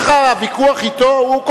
יש לך ויכוח אתו?